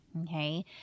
Okay